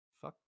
fuck